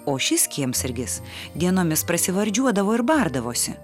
o šis kiemsargis dienomis prasivardžiuodavo ir bardavosi